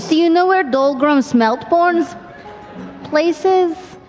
you know where dulgrim smeltborne's place is?